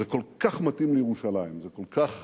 זה כל כך מתאים לירושלים, זה כל כך